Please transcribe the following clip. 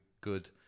good